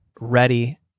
ready